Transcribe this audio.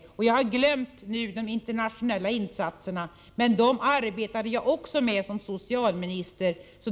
Här har jag nu glömt de internationella insatserna — de arbetade jag också med som socialminister.